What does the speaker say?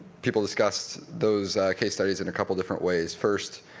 people discussed those case studies in a couple different ways. first,